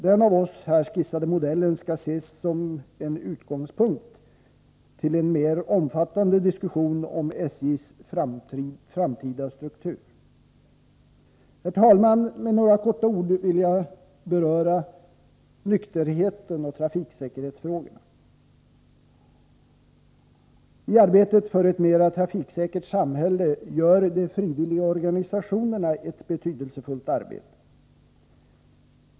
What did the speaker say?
Den av oss här skisserade modellen skall ses som en utgångspunkt för en mer omfattande diskussion om SJ:s framtida struktur. Herr talman! Med några få ord vill jag beröra nykterheten och trafiksäkerhetsfrågorna. I arbetet för ett mera trafiksäkert samhälle gör de frivilliga organisationerna en betydelsefull insats.